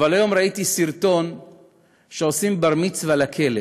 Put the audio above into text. אבל היום ראיתי סרטון שעושים בר-מצווה לכלב.